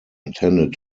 intended